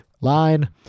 Line